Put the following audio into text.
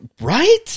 Right